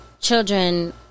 children